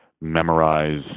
memorize